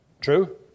True